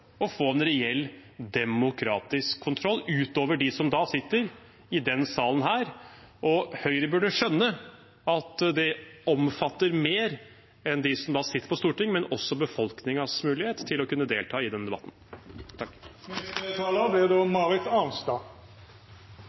å få en reell demokratisk kontroll, ut over den de har som sitter i denne salen. Høyre burde skjønne at dette omfatter flere enn de som sitter på Stortinget – også befolkningens mulighet til å kunne delta i denne debatten.